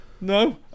No